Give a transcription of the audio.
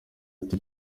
ati